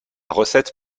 recette